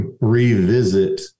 revisit